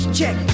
check